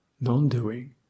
non-doing